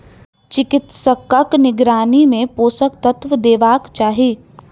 चिकित्सकक निगरानी मे पोषक तत्व देबाक चाही